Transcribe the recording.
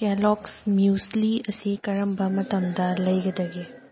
Kellogg's ꯃ꯭ꯌꯨꯁꯂꯤ ꯑꯁꯤ ꯀꯔꯝꯕ ꯃꯇꯝꯗ ꯂꯩꯒꯗꯒꯦ